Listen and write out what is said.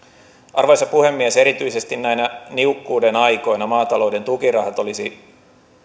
arvoisa puhemies erityisesti näinä niukkuuden aikoina maatalouden tukirahat olisi